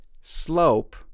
slope